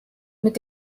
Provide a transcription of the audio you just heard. mit